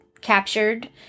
captured